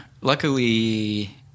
Luckily